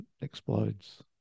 explodes